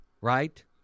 Right